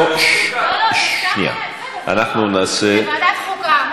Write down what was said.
אנחנו נעשה, ועדת חוקה.